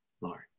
Lord